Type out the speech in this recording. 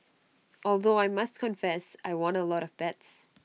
although I must confess I won A lot of bets